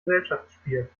gesellschaftsspiel